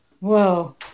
whoa